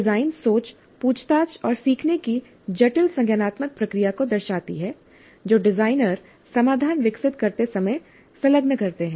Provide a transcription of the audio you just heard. design सोच पूछताछ और सीखने की जटिल संज्ञानात्मक प्रक्रिया को दर्शाती है जो डिजाइनर समाधान विकसित करते समय संलग्न करते हैं